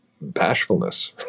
bashfulness